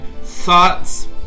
thoughts